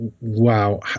wow